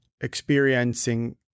experiencing